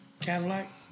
Cadillac